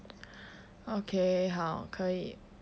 okay 好可以